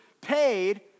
paid